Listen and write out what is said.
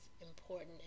important